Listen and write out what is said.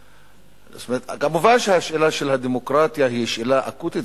מובן ששאלת הדמוקרטיה היא שאלה אקוטית,